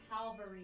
Calvary